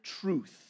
truth